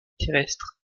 terrestre